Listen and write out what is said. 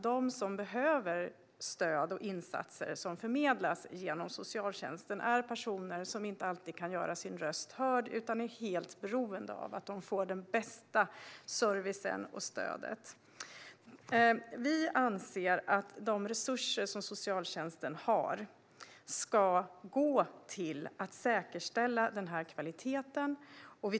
De som behöver stöd och insatser som förmedlas genom socialtjänsten är inte sällan personer som inte alltid kan göra sina röster hörda, utan de är helt beroende av att få den bästa servicen och det bästa stödet. Vi anser att de resurser som socialtjänsten har ska gå till att säkerställa den här kvaliteten.